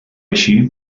així